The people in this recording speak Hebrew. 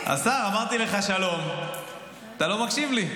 השר, אמרתי לך שלום, אתה לא מקשיב לי.